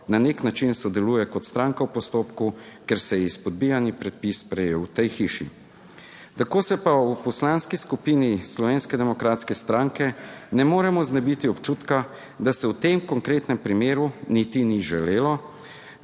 na nek način sodeluje kot stranka v postopku, ker se je izpodbijani predpis sprejel v tej hiši. Tako se pa v Poslanski skupini Slovenske demokratske stranke ne moremo znebiti občutka, da se v tem konkretnem primeru niti ni želelo,